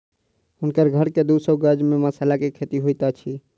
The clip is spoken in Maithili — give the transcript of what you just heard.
हुनकर घर के दू सौ गज में मसाला के खेती होइत अछि